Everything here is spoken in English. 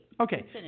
Okay